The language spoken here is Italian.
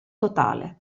totale